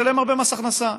ישלם הרבה מס הכנסה.